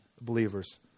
believers